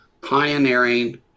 pioneering